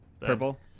purple